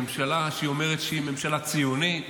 ממשלה שאומרת שהיא ממשלה ציונית,